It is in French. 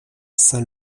saint